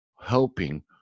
helping